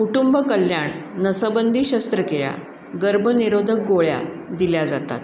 कुटुंबकल्याण नसबंदी शस्त्रकिया गर्भनिरोधक गोळ्या दिल्या जातात